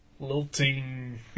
Lilting